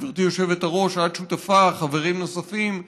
גברתי היושבת-ראש, את שותפה, וחברים נוספים מהנגב,